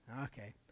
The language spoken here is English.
okay